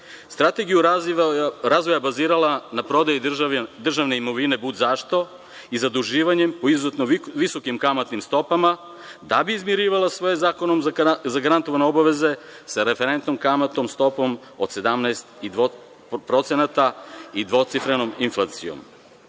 strategiju razvoja bazirala na prodaji državne imovine budzašto i zaduživanjem po izuzetno visokim kamatnim stopama, da bi izmirivala svoje zakonom zagarantovane obaveze sa referentnom kamatnom stopom od 17% i dvocifrenom inflacijom.